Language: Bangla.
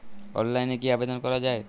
অনলাইনে কি আবেদন করা য়ায়?